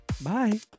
Bye